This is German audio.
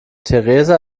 theresa